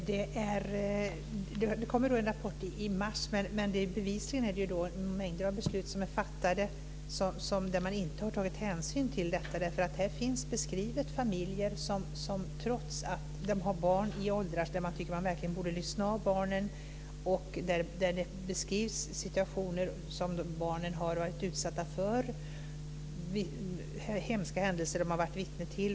Fru talman! Det kommer en rapport i mars, men bevisligen är det mängder av beslut som är fattade där man inte har tagit hänsyn till detta. Här beskrivs nämligen familjer som har barn i sådana åldrar att man verkligen borde lyssna på dem, barn som har varit utsatta för hemska händelser.